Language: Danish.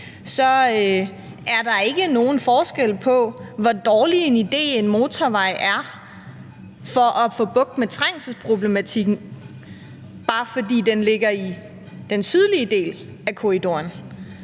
se er der ikke nogen forskel på, hvor dårlig en idé en motorvej for at få bugt med trængselsproblematikken er, bare fordi den ligger i den sydlige del af korridoren.